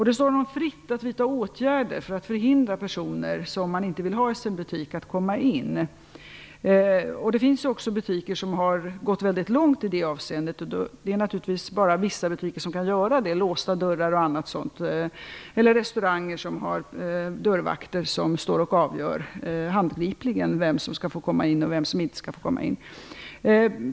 Det står honom fritt att vidta åtgärder för att förhindra personer som han inte vill ha i sin butik att komma in. Det finns också butiker som har gått mycket långt i det avseendet. Det är naturligtvis bara vissa butiker som kan göra detta och ha låsta dörrar t.ex. eller restauranger som har dörrvakter som handgripligen avgör vem som skall få komma in och vem som inte skall få komma in.